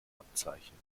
abzeichen